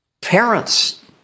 Parents